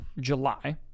July